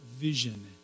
vision